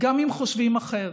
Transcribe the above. גם אם חושבים אחרת.